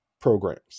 programs